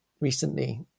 recently